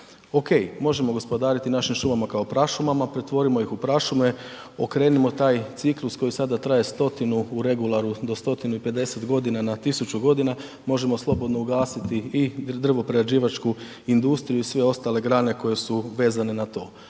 Ok, možemo gospodariti našim šumama kao prašumama, pretvorimo ih u prašume, okrenimo taj ciklus koji sada traje stotinu, u regularu do 150 g. na 1000 g., možemo slobodno ugasiti i drvo-prerađivačku industriju i sve ostale grane koje su vezane na to.